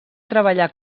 treballar